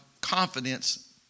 confidence